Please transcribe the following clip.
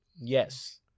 Yes